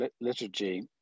liturgy